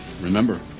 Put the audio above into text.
Remember